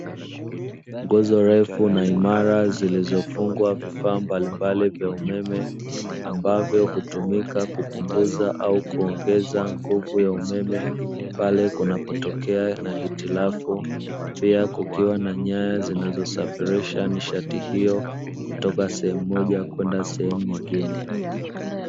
Nguzo refu na imara zilizofungwa vifaa mbalimbali vya umeme, ambavyo hutumika kupunguza au kuongeza nguvu ya umeme pale kunapotokea na hitilafu, pia kukiwa na nyaya zinazosafirisha nishati hiyo kutoka sehemu moja kwenda sehemu nyingine.